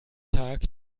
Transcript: tag